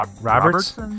Roberts